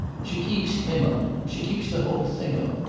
she keeps him up she keeps the whole thing up.